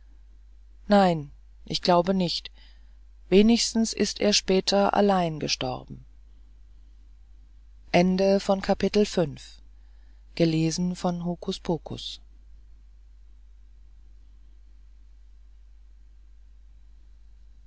nein ich glaube nicht wenigstens ist er später allein gestorben